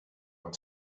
els